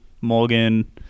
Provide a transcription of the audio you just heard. morgan